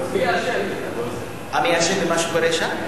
מי אשם במה שקורה שם?